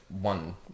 one